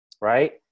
right